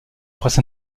presse